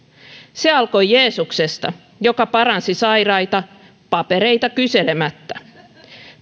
se alkoi jeesuksesta joka paransi sairaita papereita kyselemättä